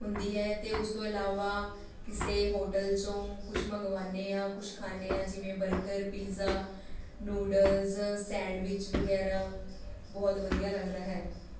ਹੁੰਦੀ ਹੈ ਅਤੇ ਉਸ ਤੋਂ ਇਲਾਵਾ ਕਿਸੇ ਹੋਟਲ ਚੋਂ ਕੁਛ ਮੰਗਵਾਉਂਦੇ ਹਾਂ ਕੁਛ ਖਾਂਦੇ ਹਾਂ ਜਿਵੇਂ ਬਰਗਰ ਪੀਜ਼ਾ ਨੂਡਲਜ਼ ਸੈਂਡਵਿਚ ਵਗੈਰਾ ਬਹੁਤ ਵਧੀਆ ਲੱਗਦਾ ਹੈ